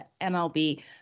MLB